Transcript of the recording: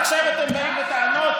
עכשיו אתם באים בטענות,